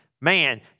man